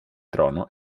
trono